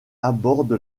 aborde